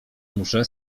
muszę